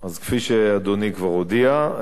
אז כפי שאדוני כבר הודיע,